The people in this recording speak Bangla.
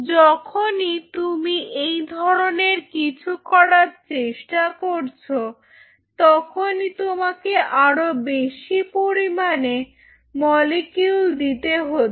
যখনই তুমি এই ধরনের কিছু করার চেষ্টা করছো তখনই তোমাকে আরো বেশি পরিমাণে মলিকিউল দিতে হচ্ছে